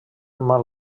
mal